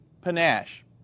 panache